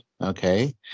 Okay